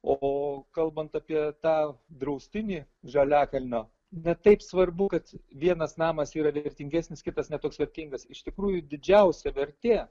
o kalbant apie tą draustinį žaliakalnio ne taip svarbu kad vienas namas yra vertingesnis kitas ne toks vertingas iš tikrųjų didžiausia vertė